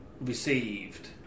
received